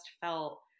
felt